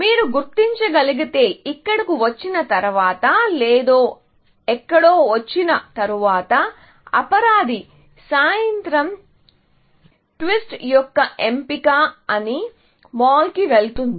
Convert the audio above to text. మీరు గుర్తించగలిగితే ఇక్కడకు వచ్చిన తరువాత లేదా ఎక్కడో వచ్చిన తరువాత అపరాధి సాయంత్రం ట్విస్ట్ యొక్క ఎంపిక అని మాల్కు వెళుతుంది